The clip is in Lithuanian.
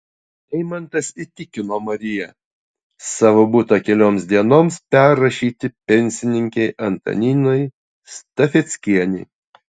eimantas įtikino mariją savo butą kelioms dienoms perrašyti pensininkei antaninai stafeckienei